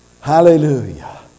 Hallelujah